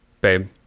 Babe